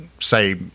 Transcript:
say